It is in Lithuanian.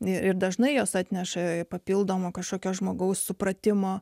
ir dažnai jos atneša papildomų kažkokio žmogaus supratimo